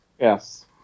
Yes